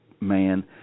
man